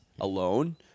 alone